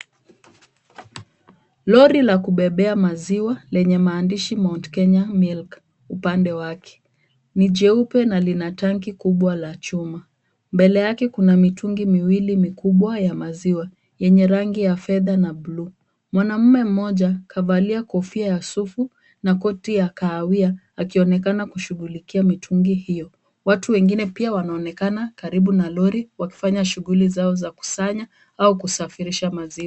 Lori la kubebea maziwa lenye maandishi mount Kenya milk upande wake, ni jeupe na lina tanki kubwa la chuma mbele yake kuna mitungi miwili mikubwa ya maziwa yenye rangi ya fedha na buluu, mwanamume mmoja kavalia kofia ya sufu na koti ya kahawia akionekana kushughulikia mitungi hiyo, watu wengine pia wanaonekana karibu na lori wakifanya shughuli zao za kukusanya au kusafirisha maziwa.